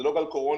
זה לא גל קורונה,